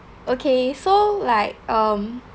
okay so like um